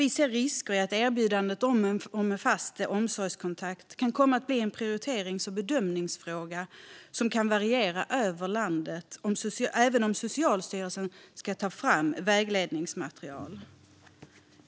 Vi ser risker i att erbjudandet om en fast omsorgskontakt kan komma att bli en prioriterings och bedömningsfråga som kan variera över landet, även om Socialstyrelsen ska ta fram vägledningsmaterial.